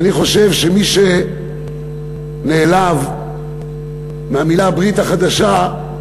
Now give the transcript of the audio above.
אני חושב שמי שנעלב מהמילה "הברית החדשה",